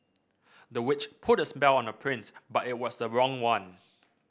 the witch put a spell on the prince but it was the wrong one